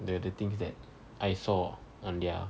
the the things that I saw on their